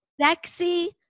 Sexy